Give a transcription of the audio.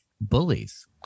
bullies